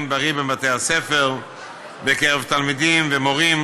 בריא בבתי-הספר בקרב תלמידים ומורים,